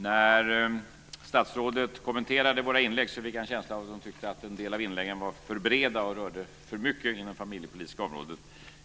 När statsrådet kommenterade våra inlägg fick jag en känsla av att hon tyckte att en del av dem var för breda och berörde för mycket inom det familjepolitiska området.